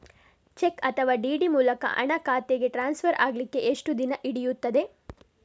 Check ಅಥವಾ DD ಮೂಲಕ ಹಣ ಖಾತೆಗೆ ಟ್ರಾನ್ಸ್ಫರ್ ಆಗಲಿಕ್ಕೆ ಎಷ್ಟು ದಿನ ಹಿಡಿಯುತ್ತದೆ?